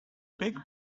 big